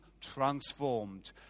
transformed